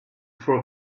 for